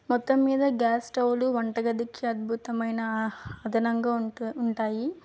మొత్తం మీద గ్యాస్ స్టవ్వులు వంట గదికి అద్భుతమైన అహా అదనంగా ఉంట ఉంటాయి